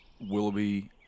Willoughby